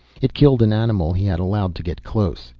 it killed an animal he had allowed to get close.